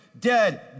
Dead